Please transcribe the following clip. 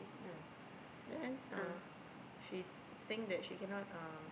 no then uh she think that she cannot um